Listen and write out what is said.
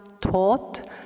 taught